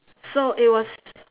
so it was